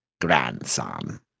grandson